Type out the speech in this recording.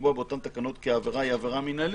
לקבוע באותן תקנות כי העבירה היא "עבירה מנהלית",